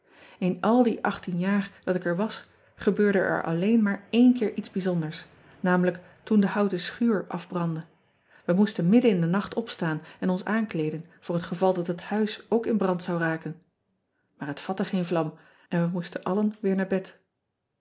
n al die jaar dat ik er was gebeurde er alleen maar één keer iets bijzonders n l toen de houten schuur afbrandde e moesten midden in den nacht opstaan en ons aankleeden voor het geval dat het huis ook in brand zou raken aar het vatte geen vlam en we moesten allen weer naar bed